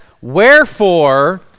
Wherefore